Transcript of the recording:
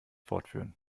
fortführen